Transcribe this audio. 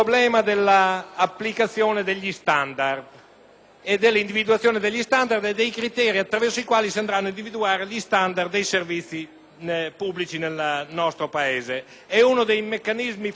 esempio, a tutto il problema dei criteri attraverso i quali si andranno ad individuare gli standard dei servizi pubblici nel nostro Paese. È uno dei meccanismi fondamentali che sta alla base di questa legge.